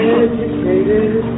educated